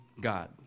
God